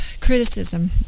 criticism